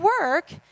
work